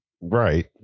Right